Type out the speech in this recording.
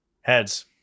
Heads